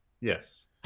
Yes